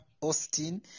Austin